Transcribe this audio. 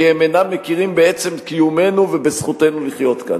כי הם אינם מכירים בעצם קיומנו ובזכותנו לחיות כאן.